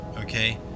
okay